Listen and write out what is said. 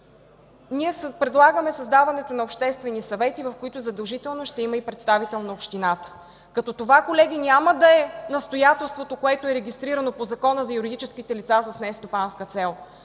предлагаме създаването на обществени съвети, в които задължително ще има и представител на общината. Това, колеги, няма да е настоятелството, което е регистрирано по Закона за юридическите лица с нестопанска цел,